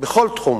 בכל תחום